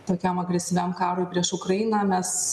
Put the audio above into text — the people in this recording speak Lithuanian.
tokiam agresyviam karui prieš ukrainą mes